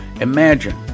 Imagine